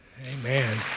Amen